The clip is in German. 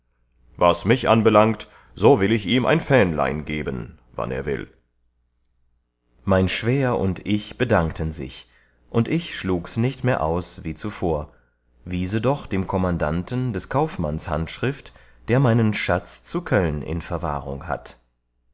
was mich anbelangt so will ich ihm ein fähnlein geben wann er will mein schwäher und ich bedankten sich und ich schlugs nicht mehr aus wie zuvor wiese doch dem kommandanten des kaufmanns handschrift der meinen schatz zu köln in verwahrung hat